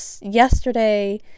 Yesterday